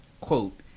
Quote